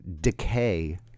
decay